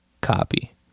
copy